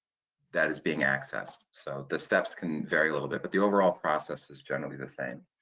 that is being accessed. so the steps can vary a little bit but the overall process is generally the same.